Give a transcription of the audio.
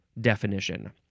definition